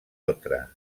altra